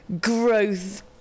growth